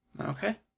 Okay